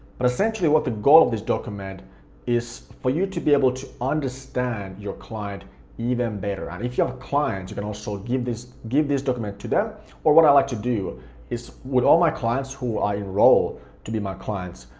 but essentially what the goal of this document is for you to be able to understand your client even better. and if you have clients, you can also give this give this document to them, or what i like to do is with all my clients who i enroll to be my clients,